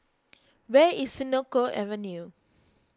where is Senoko Avenue